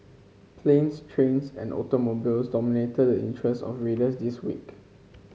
planes trains and automobiles dominated the interests of readers this week